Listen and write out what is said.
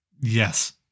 Yes